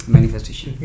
Manifestation